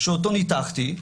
שאותו ניתחתי.